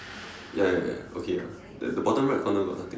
ya ya ya okay ah then the bottom right corner got nothing ah